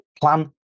plan